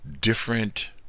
different